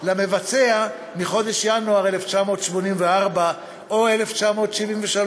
מהמבצע מחודש ינואר 1984 או 1973?